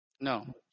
No